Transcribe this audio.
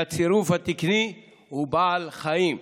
והצירוף התקני הוא "בעל חיים".